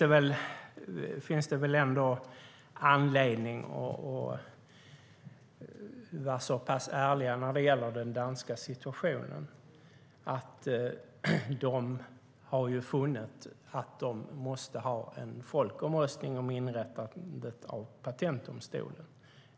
Det finns väl anledning att vara så pass ärlig när det gäller den danska situationen att man kan säga att de har funnit att de måste ha en folkomröstning om inrättandet av patentdomstolen.